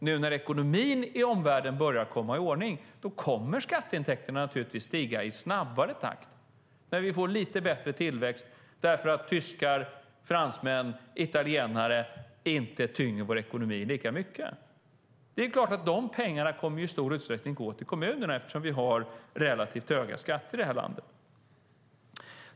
Nu när ekonomin i omvärlden börjar komma i ordning kommer skatteintäkterna naturligtvis att stiga i snabbare takt, när vi får lite bättre tillväxt därför att tyskar, fransmän och italienare inte tynger vår ekonomi lika mycket. Det är klart att de pengarna i stor utsträckning kommer att gå till kommunerna eftersom vi har relativt höga skatter i det här landet.